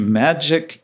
magic